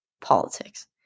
politics